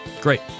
Great